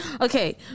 Okay